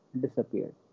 disappeared